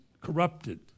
corrupted